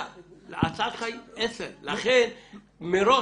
ההצעה שלך היא "10", לכן מראש